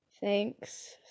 thanks